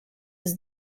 his